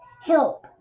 help